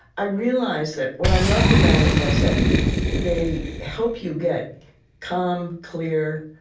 i realized that what i loved about it was that they help you get calm, clear,